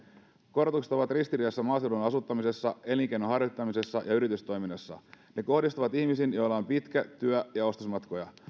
korotukset ovat ristiriidassa maaseudun asuttamisen elinkeinon harjoittamisen ja yritystoiminnan kanssa ne kohdistuvat ihmisiin joilla on pitkät työ ja ostosmatkat